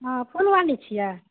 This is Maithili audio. हँ फूल बाली छियै